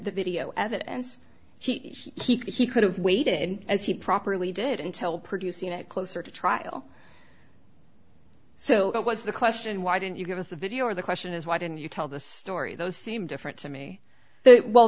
the video evidence he could have waited as he properly did until producing a closer to trial so what was the question why didn't you give us the video or the question is why didn't you tell the story those seem different to me that well